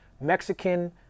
Mexican